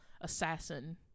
assassin